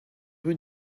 rue